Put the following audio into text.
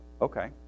okay